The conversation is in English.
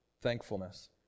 Thankfulness